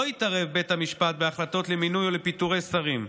לא התערב בית המשפט בהחלטות למינוי או לפיטורי שרים.